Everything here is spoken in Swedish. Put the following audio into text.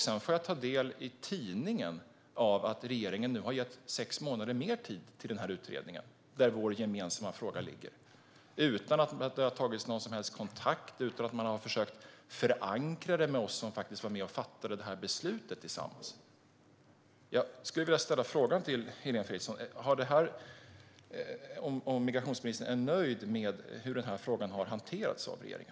Sedan får jag i tidningen ta del av nyheten att regeringen nu har gett sex månader mer tid till den här utredningen, där vår gemensamma fråga ligger - utan att ha tagit någon som helst kontakt eller försökt förankra det hos oss som var med och fattade beslutet tillsammans med regeringen. Jag skulle vilja ställa frågan till Heléne Fritzon: Är migrationsministern nöjd med hur den här frågan har hanterats av regeringen?